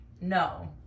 No